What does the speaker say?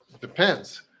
Depends